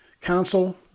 council